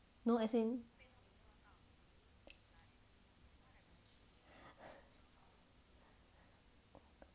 no as in